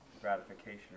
gratification